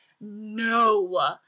no